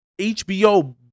HBO